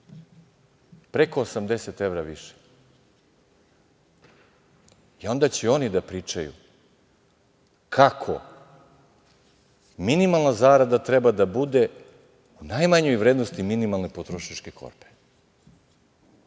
preko 80 evra više. I onda će oni da pričaju kako minimalna zarada treba da bude u najmanjoj vrednosti minimalne potrošačke korpe. Ja